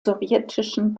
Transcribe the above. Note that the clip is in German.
sowjetischen